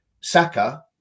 Saka